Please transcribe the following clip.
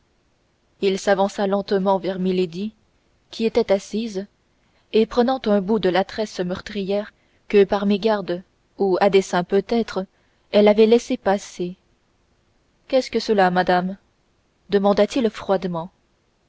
il s'avança lentement vers milady qui s'était assise et prenant un bout de la tresse meurtrière que par mégarde ou à dessein peutêtre elle avait laissée passer qu'est-ce que cela madame demanda-t-il froidement